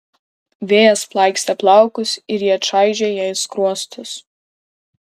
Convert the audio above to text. vėjas plaikstė plaukus ir jie čaižė jai skruostus